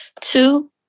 Two